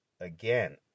Again